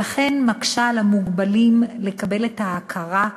ולכן היא מקשה על המוגבלים לקבל את ההכרה,